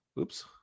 oops